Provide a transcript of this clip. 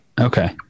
Okay